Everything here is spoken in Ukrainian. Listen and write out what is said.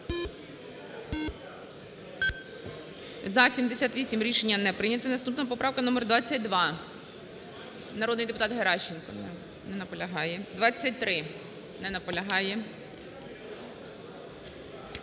За-78 Рішення не прийнято. Наступна поправка - номер 22, народний депутат Геращенко. Не наполягає. 23. Не наполягає.